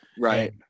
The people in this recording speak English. Right